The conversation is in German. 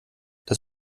das